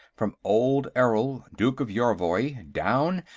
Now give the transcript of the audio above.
from old errol, duke of yorvoy, down,